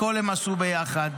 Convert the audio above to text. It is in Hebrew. הכול הם עשו ביחד,